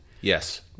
Yes